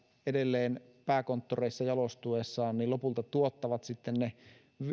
edelleen pääkonttoreissa jalostuessaan lopulta tuottavat ne